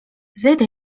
zejdę